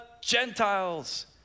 Gentiles